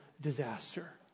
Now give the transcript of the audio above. disaster